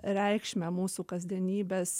reikšmę mūsų kasdienybės